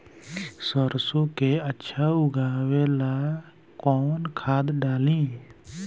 सरसो के अच्छा उगावेला कवन खाद्य डाली?